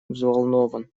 взволнован